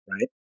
right